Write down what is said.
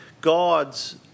gods